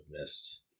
missed